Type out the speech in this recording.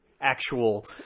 actual